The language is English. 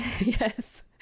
Yes